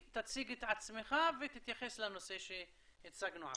תציג את עצמך ותתייחס לנושא שהצגנו עכשיו.